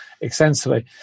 extensively